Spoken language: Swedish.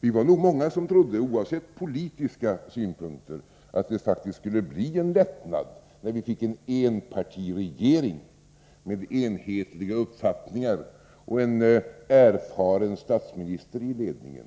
Vi var nog många, oavsett politiska synpunkter, som trodde att det faktiskt skulle bli en lättnad när vi fick en enpartiregering, med enhetliga uppfattningar och en erfaren statsminister i ledningen.